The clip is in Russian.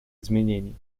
изменений